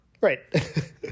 Right